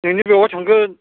नोंनि बेवाइ थांगोन